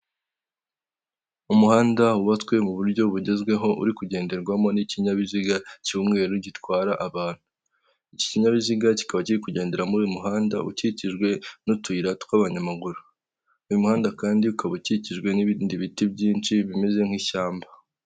umuhanda wubatswe mu buryo bugezweho uri kugenderwamo n'ikinyabiziga cy'umweru gitwara abantu, iki kinyabiziga kikaba kiri kugendera muri uyu muhanda ukikijwe n'utuyira tw'abanyamaguru, uyu muhanda kandi ukaba ukikijwe n'ibindi biti byinshi bimeze nk'ishyamba.